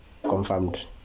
confirmed